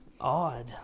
Odd